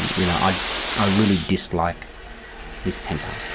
you know i ah really dislike this temper.